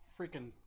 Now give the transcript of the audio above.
freaking